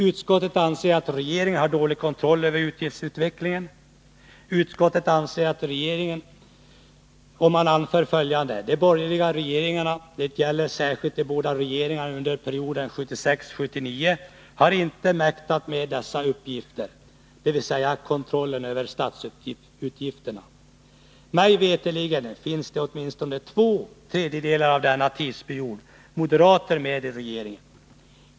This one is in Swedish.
Utskottet anser att regeringen har dålig kontroll över utgiftsutvecklingen. Man anför följande: ”De borgerliga regeringarna — detta gäller särskilt de båda regeringarna under perioden 1976-1979 — har inte mäktat med dessa uppgifter”, dvs. kontrollen över statsutgifterna. Mig veterligt fanns det under åtminstone två tredjedelar av denna tidsperiod moderater med i regeringen.